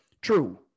True